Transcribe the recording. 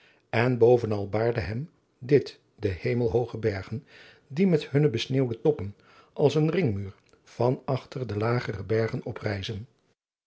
en bovenal baarden hem dit de hemelhooge bergen die met hunne besneeuwde toppen als een ringmuur van achter de lagere bergen